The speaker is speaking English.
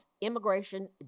immigration